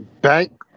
Bank